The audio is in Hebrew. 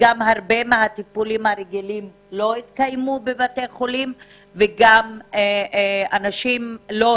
הרבה מהטיפולים הרגילים לא התקיימו בבתי חולים ואנשים נמנעו